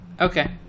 Okay